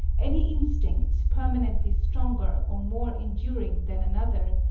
any instinct, permanently stronger or more enduring than another,